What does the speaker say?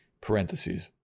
parentheses